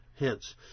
Hence